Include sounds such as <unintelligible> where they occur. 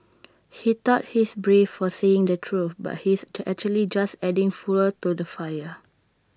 he thought he's brave for saying the truth but he's <unintelligible> actually just adding fuel to the fire